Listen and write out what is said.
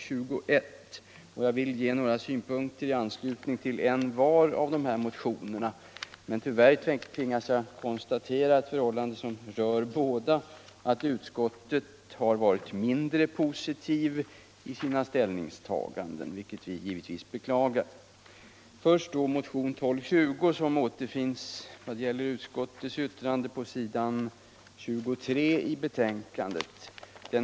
Jag vill ge några synpunkter i anslutning till envar av de nämnda motionerna, men tyvärr tvingas jag först konstatera ett förhållande som gäller för dem båda, nämligen att utskottet inte har varit särskilt positivt i sina ställningstaganden, vilket vi givetvis beklagar. Först vill jag behandla motionen 1220, där utskottets yttrande återfinnes på s. 23 i betänkandet.